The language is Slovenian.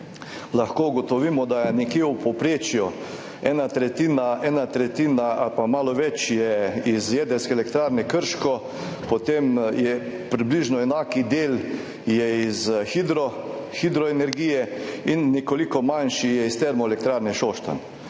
lahko ugotovimo, da je nekje v povprečju ena tretjina ali pa malo več iz Jedrske elektrarne Krško, potem je približno enak del iz hidroenergije in nekoliko manjši iz Termoelektrarne Šoštanj.